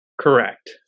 correct